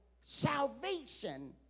salvation